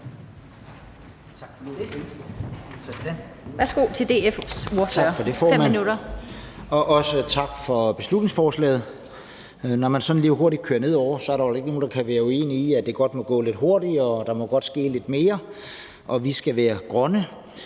Tak for det,